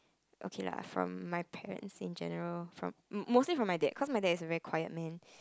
okay lah from my parents in general from most~ mostly from my dad cause my dad is a very quiet man